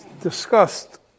discussed